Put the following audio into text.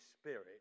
Spirit